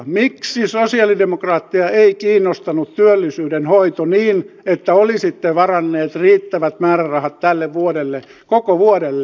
miksi sosialidemokraatteja ei kiinnostanut työllisyyden hoito niin että olisitte varanneet riittävät määrärahat tälle vuodelle koko vuodelle